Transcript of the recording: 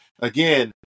Again